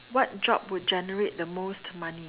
what job would generate the most money